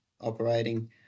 operating